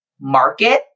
market